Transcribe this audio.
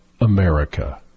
America